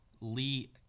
Lee